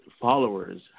followers